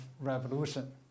revolution